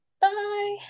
bye